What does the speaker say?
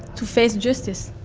to face justice.